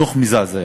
דוח מזעזע.